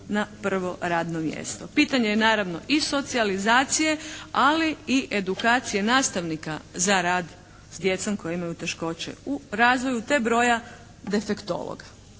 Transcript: na prvo radno mjesto. Pitanje je naravno i socijalizacije ali i edukacije nastavnika za rad s djecom koji imaju teškoće u razvoju te broja defektolog.